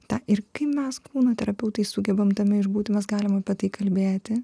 tą ir kai mes kūno terapeutai sugebam tame išbūti mes galim apie tai kalbėti